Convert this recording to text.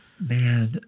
Man